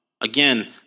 again